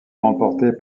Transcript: remporté